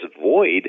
void